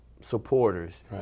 supporters